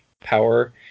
power